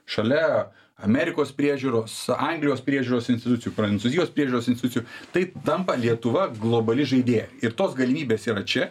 šalia amerikos priežiūros anglijos priežiūros institucijų prancūzijos priežiūros instucių taip tampa lietuva globali žaidėja ir tos galimybės yra čia